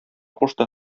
кушты